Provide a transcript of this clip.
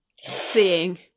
seeing